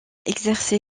exercé